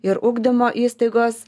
ir ugdymo įstaigos